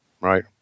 right